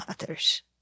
others